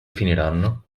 finiranno